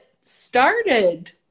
started